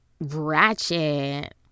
ratchet